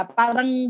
parang